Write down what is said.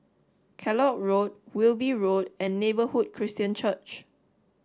Kellock Road Wilby Road and Neighborhood Christian Church